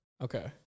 Okay